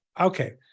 Okay